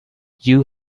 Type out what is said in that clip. you